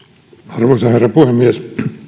arvoisa herra puhemies